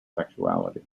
sexuality